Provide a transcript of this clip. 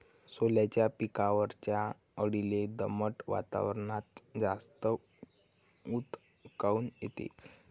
सोल्याच्या पिकावरच्या अळीले दमट वातावरनात जास्त ऊत काऊन येते?